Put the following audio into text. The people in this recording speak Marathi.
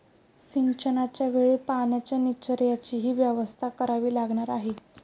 सिंचनाच्या वेळी पाण्याच्या निचर्याचीही व्यवस्था करावी लागणार आहे